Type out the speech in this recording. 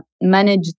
manage